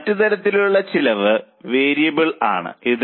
മറ്റ് തരത്തിലുള്ള ചിലവ് വേരിയബിൾ ആണ് ഇത്